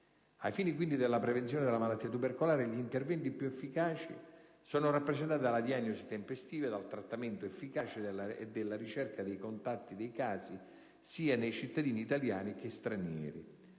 Ai fini quindi della prevenzione della malattia tubercolare gli interventi più efficaci sono rappresentati dalla diagnosi tempestiva, dal trattamento efficace e dalla ricerca dei contatti dei casi, sia nei cittadini italiani che stranieri.